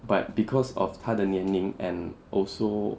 but because of 他的年龄 and also